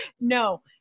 No